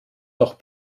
noch